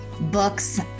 books